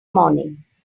morning